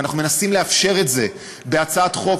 ואנחנו מנסים לאפשר את זה בהצעת חוק